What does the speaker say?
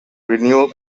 renewal